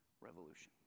revolution